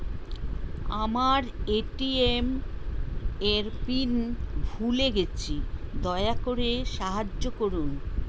আমার এ.টি.এম এর পিন ভুলে গেছি, দয়া করে সাহায্য করুন